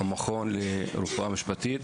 המכון לרפואה משפטית